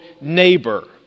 neighbor